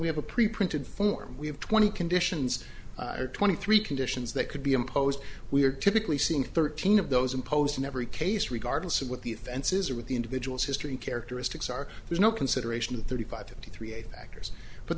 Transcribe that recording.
we have a preprinted form we have twenty conditions or twenty three conditions that could be imposed we are typically seeing thirteen of those imposed in every case regardless of what the offenses are with the individual's history characteristics are there's no consideration of thirty five to three a factors but